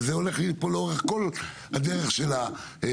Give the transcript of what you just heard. וזה הולך לי פה לאורך כל הדרך של הדיון.